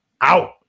Out